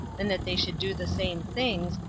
and that they should do the same things,